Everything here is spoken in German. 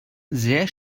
sehr